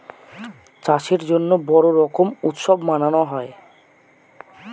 চাষের জন্য বড়ো রকম উৎসব মানানো হয়